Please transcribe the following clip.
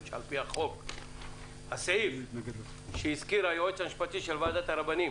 שעל-פי החוק הסעיף שהזכיר היועץ המשפטי של ועדת הרבנים